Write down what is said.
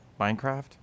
Minecraft